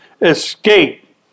escape